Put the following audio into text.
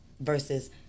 Versus